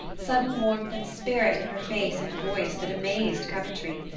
sudden warmth and spirit in her face and voice that amazed coventry.